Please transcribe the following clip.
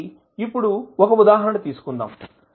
కాబట్టి ఇప్పుడు ఒక ఉదాహరణ తీసుకుందాం